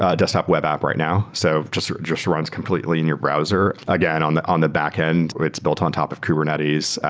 ah desktop web app right now. so just just runs completely in your browser. again, on the on the backend, it's built on top of kubernetes.